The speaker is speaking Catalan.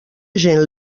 agent